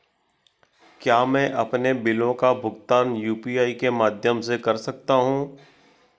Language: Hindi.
क्या मैं अपने बिलों का भुगतान यू.पी.आई के माध्यम से कर सकता हूँ?